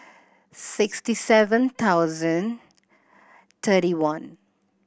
sixty seven thousand thirty one